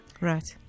right